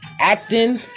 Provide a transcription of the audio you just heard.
acting